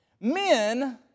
Men